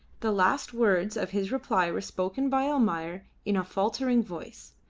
the last words of his reply were spoken by almayer in a faltering voice.